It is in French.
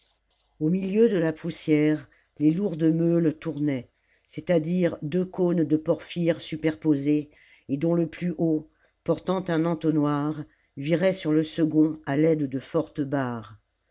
au milieu de la poussière les lourdes meules tournaient c'est-à-dire deux cônes de porphyre superposés et dont le plus haut portant un entonnoir virait sur le second à l'aide de fortes barres